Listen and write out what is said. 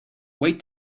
wait